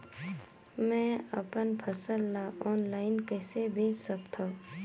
मैं अपन फसल ल ऑनलाइन कइसे बेच सकथव?